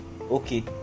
okay